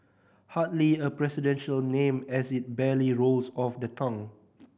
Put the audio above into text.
hardly a presidential name as it barely rolls off the tongue